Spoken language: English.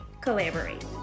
collaborate